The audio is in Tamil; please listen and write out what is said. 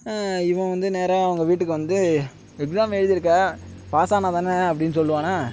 இவன் வந்து நேராக அவங்க வீட்டுக்கு வந்து எக்ஸாம் எழுதிருக்கேன் பாஸ் ஆனால்தான அப்படின்னு சொல்வானா